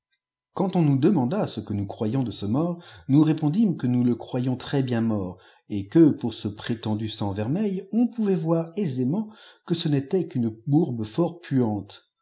quand on nous demanda ce que nous croyions de ce mort nous répondîmes que nous le eroyiops trèsbien mort et que pour ce prétendu sang vermeil on pouvait voir aisément que ce n était qu'une bourbe fort puante